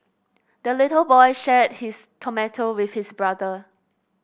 the little boy shared his tomato with his brother